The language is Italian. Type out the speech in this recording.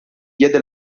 diede